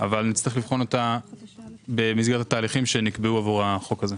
אבל נצטרך לבחון אותה במסגרת תהליכים שנקבעו עבור החוק הזה.